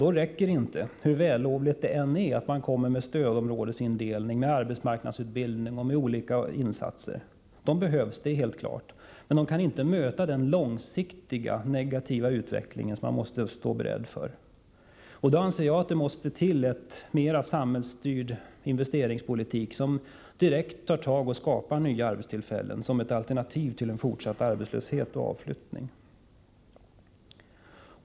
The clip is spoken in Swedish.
Då räcker det inte — hur vällovligt det än är — att regeringen föreslår en ändrad stödområdesindelning, arbetsmarknadsutbildning och liknande insatser. Dessa åtgärder behövs också — det är helt klart — men de kan inte möta den långsiktiga negativa utveckling som vi måste stå beredda för. Det måste till en mer samhällsstyrd investeringspolitik, som direkt skapar nya arbetstillfällen, som ett alternativ till fortsatt arbetslöshet och avflyttning.